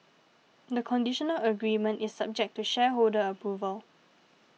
the conditional agreement is subject to shareholder approval